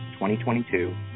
2022